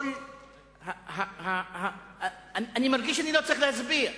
אני מרגיש שאני לא צריך להסביר,